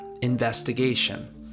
investigation